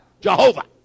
Jehovah